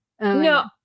No